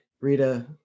Rita